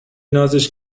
نازش